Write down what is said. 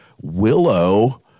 Willow